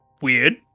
weird